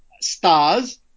stars